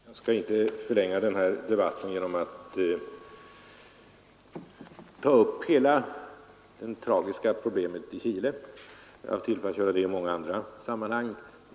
Herr talman! Jag skall inte förlänga den här debatten genom att ta upp hela den tragiska utvecklingen i Chile, eftersom jag har berört den i många andra sammanhang.